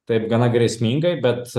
taip gana grėsmingai bet